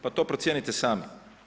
Pa to procijenite sami.